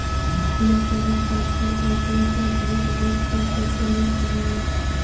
electronic transfer का उपयोग कर धूर्त लोग खूब पैसे लूट रहे हैं